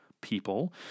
people